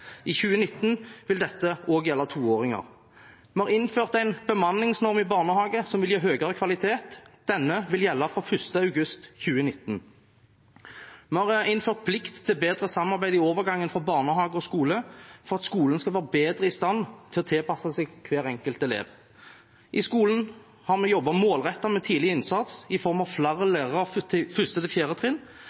I 2019 vil dette også gjelde toåringer. Vi har innført en bemanningsnorm i barnehagen, som vil gi høyere kvalitet. Den vil gjelde fra 1. august 2019. Vi har innført en plikt til bedre samarbeid i overgangen fra barnehage til skole, for at skolen skal være bedre i stand til å tilpasse seg hver enkelt elev. I skolen har vi jobbet målrettet med tidlig innsats i form av flere lærere på 1. –4. trinn, og vi har vedtatt rett til